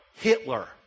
Hitler